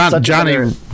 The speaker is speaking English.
Johnny